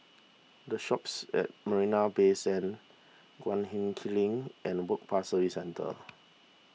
the shops at Marina Bay Sands Guan him Kiln and Work Pass Services Centre